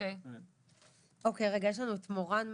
אוקיי רגע, יש לנו את מורן מהפרקליטות.